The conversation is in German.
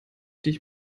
dich